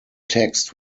text